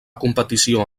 competició